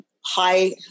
high